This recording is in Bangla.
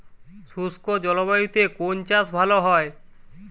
শুষ্ক জলবায়ুতে কোন চাষ ভালো হয়?